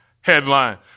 headline